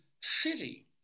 city